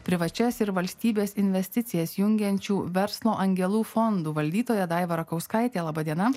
privačias ir valstybės investicijas jungiančių verslo angelų fondų valdytoja daiva rakauskaitė laba diena